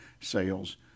sales